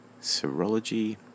serology